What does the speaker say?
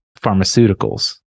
pharmaceuticals